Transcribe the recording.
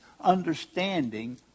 understanding